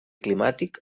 climàtic